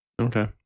okay